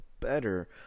better